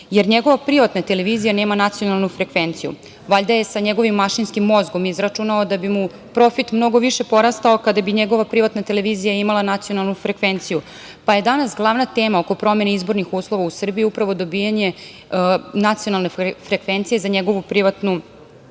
jer njegova privatna televizija nema nacionalnu frekvenciju. Valjda je sa njegovim mašinskim mozgom izračunao da bi mu profit mnogo više porastao kada bi njegova privatna televizija imala nacionalnu frekvenciju, pa je danas glavna tema oko promene izbornih uslova u Srbiji upravo dobijanje nacionalne frekvencije za njegovu privatnu